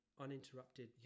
uninterrupted